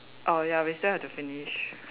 orh ya we still have to finish